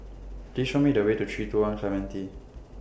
Please Show Me The Way to three two one Clementi